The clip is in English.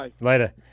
Later